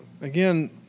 again